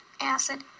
acid